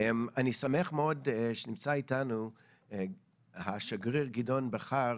אני שמח מאוד שנמצא איתנו השגריר גדעון בכר,